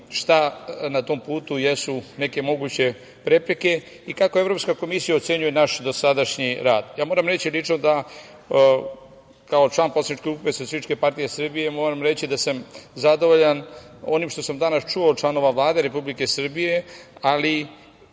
šta na tom putu jesu neke moguće prepreke i kako Evropska komisija ocenjuje naš dosadašnji rad. Moram reći lično, da kao član poslaničke grupe SPS, moram reći da sam zadovoljan onim što sam danas čuo od članova Vlade Republike Srbije, ali